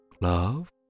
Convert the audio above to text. Love